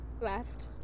Left